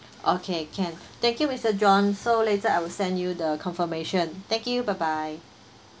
okay can thank you mister john so later I will send you the confirmation thank you bye bye